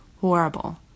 horrible